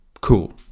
cool